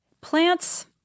Plants